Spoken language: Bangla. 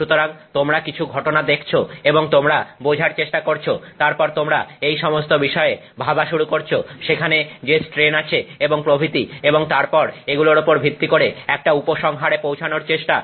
সুতরাং তোমরা কিছু ঘটনা দেখছো এবং তোমরা বোঝার চেষ্টা করছো তারপর তোমরা এই সমস্ত বিষয়ে ভাবা শুরু করছো সেখানে যে স্ট্রেন আছে এবং প্রভৃতি এবং তারপর এগুলোর ওপর ভিত্তি করে একটা উপসংহারে পৌঁছানোর চেষ্টা